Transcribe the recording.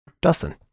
Dustin